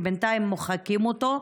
שבינתיים מוחקים אותו,